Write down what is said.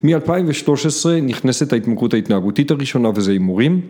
מ-2013 נכנסת ההתמקףכרות ההתנהגותית הראשונה וזה הימורים